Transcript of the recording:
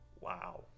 Wow